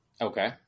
Okay